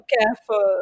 careful